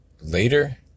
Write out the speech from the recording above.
later